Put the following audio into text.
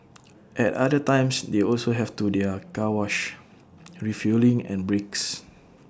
at other times they also have to do their car wash refuelling and breaks